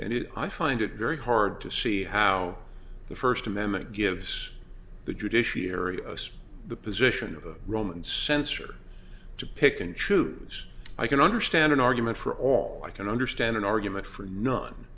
and it i find it very hard to see how the first amendment gives the judiciary us the position of a roman censor to pick and choose i can understand an argument for all i can understand an argument for none